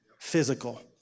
physical